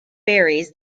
berries